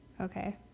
Okay